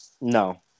No